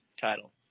title